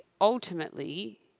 ultimately